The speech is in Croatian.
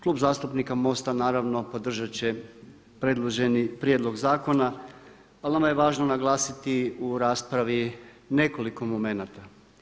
Klub zastupnika MOST-a naravno podržat će predloženi prijedlog zakona, ali nama je važno naglasiti u raspravi nekoliko momenata.